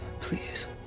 Please